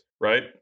right